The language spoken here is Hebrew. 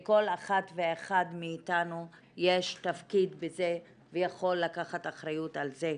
לכל אחת ואחד מאיתנו יש תפקיד בזה ויכול לקחת אחריות על זה,